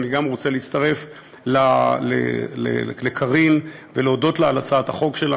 ואני גם רוצה להצטרף לקארין ולהודות לה על הצעת החוק שלה.